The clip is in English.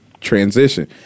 transition